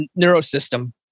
neurosystem